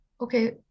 Okay